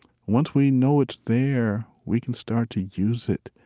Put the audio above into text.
once we know it's there, we can start to use it.